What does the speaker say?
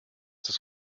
das